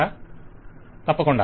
client తప్పకుండా